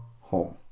home